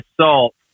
salt